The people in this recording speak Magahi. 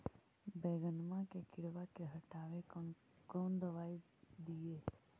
बैगनमा के किड़बा के हटाबे कौन दवाई दीए?